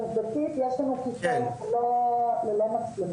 עובדתית יש לנו כיתות ללא מצלמות,